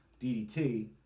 DDT